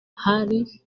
hari